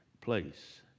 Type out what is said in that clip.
place